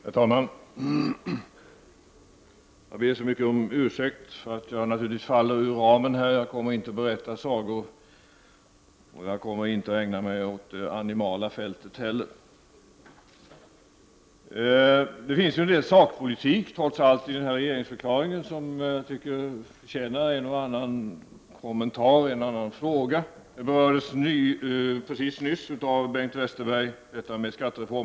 Herr talman! Jag ber så mycket om ursäkt för att jag faller ur ramen och inte här berättar några sagor eller ägnar mig åt det animala fältet. I regeringsförklaringen finns trots allt en del sakpolitik som jag tycker förtjänar en och annan kommentar och en och annan fråga. Frågan om skattereformen berördes nyss av Bengt Westerberg.